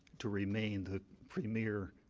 to remain the premier,